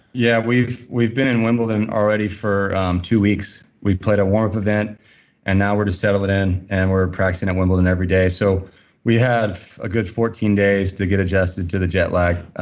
yeah, we've we've been in wimbledon already for two weeks. we played a warmth event and now we're to settle it in and we're practicing at wimbledon every day. so we have a good fourteen days to get adjusted to the jet lag.